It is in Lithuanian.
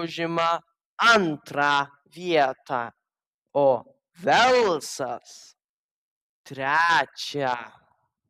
užima antrą vietą o velsas trečią